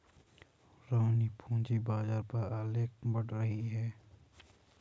रोहिणी पूंजी बाजार पर आलेख पढ़ रही है